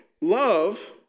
love